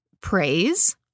praise